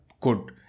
good